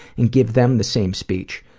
and give them the same speech.